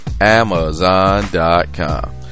Amazon.com